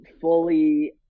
fully